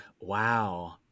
wow